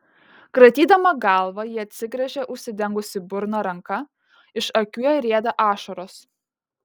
kratydama galvą ji atsigręžia užsidengusi burną ranka iš akių jai rieda ašaros